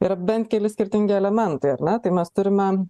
yra bent keli skirtingi elementai ar ne tai mes turime